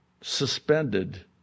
suspended